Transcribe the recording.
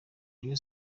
rayon